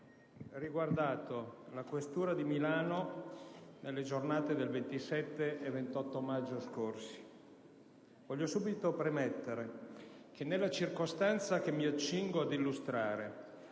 riguardato la questura di Milano nelle giornate del 27 e 28 maggio scorsi. Voglio subito premettere che, nella circostanza che mi accingo ad illustrare,